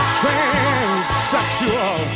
transsexual